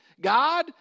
God